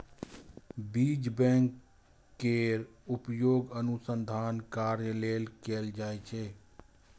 बीज बैंक केर उपयोग अनुसंधान कार्य लेल कैल जाइ छै